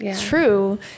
true